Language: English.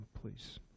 please